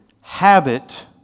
habit